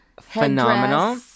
Phenomenal